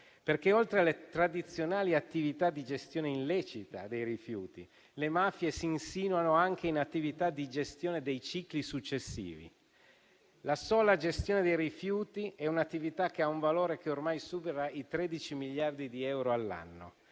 perché, oltre alle tradizionali attività di gestione illecita dei rifiuti, le mafie si insinuano anche in attività di gestione dei cicli successivi. La sola gestione dei rifiuti è un'attività che ha un valore che ormai supera i 13 miliardi di euro all'anno,